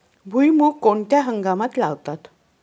भुईमूग कोणत्या हंगामात लावतात?